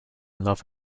love